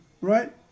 right